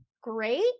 great